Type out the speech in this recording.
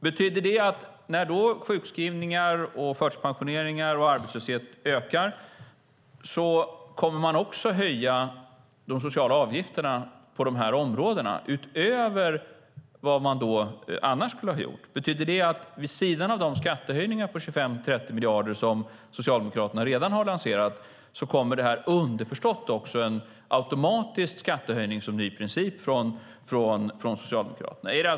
Betyder det att när sjukskrivningar, förtidspensioneringar och arbetslöshet ökar kommer man också att höja de sociala avgifterna på de här områdena utöver vad man annars skulle ha gjort? Betyder det att vid sidan av de skattehöjningar på 25-30 miljarder som Socialdemokraterna redan har lanserat kommer det underförstått också en automatisk skattehöjning som en ny princip från Socialdemokraterna?